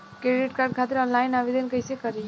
Credit card खातिर online आवेदन कइसे करि?